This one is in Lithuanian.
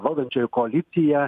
valdančioji koalicija